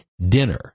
dinner